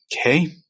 Okay